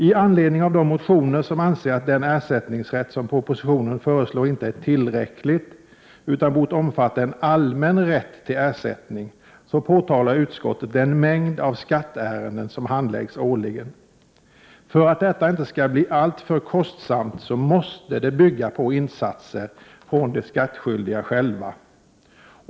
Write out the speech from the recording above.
Med anledning av de motioner som anser att den ersättningsrätt som propositionen föreslår inte är tillräcklig utan bort omfatta en allmän rätt till ersättning påtalar utskottet den mängd av skatteärenden som handläggs årligen. För att det inte skall bli alltför kostsamt måste det bygga på insatser från de skattskyldiga själva.